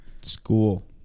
School